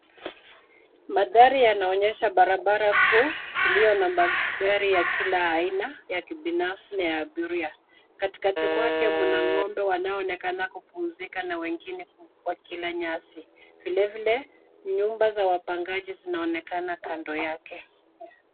Magari yanaonyesha barabara kuu, iliyo na magari ya kila aina, ya kibinafsi na ya abiria. Katikati mwake mna ng'ombe wanaoonekana kupumzika na wengine wakila nyasi. Vilevile, nyumba za wapangaji zinaonekana kando yake.